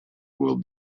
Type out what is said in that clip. will